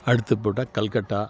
அடுத்து போட்டால் கல்கட்டா